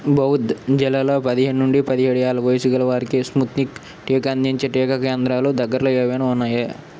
బౌద్ధ్ జిల్లాలో పదిహేను నుండి పదిహేడు ఏళ్లు వయసుగల వారికి స్పుత్నిక్ టీకా అందించే టీకా కేంద్రాలు దగ్గరలో ఏవైనా ఉన్నాయా